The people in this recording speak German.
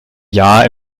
jahr